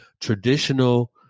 traditional